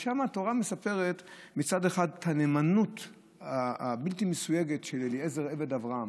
ושם התורה מספרת מצד אחד על הנאמנות הבלתי-מסויגת של אליעזר עבד אברהם.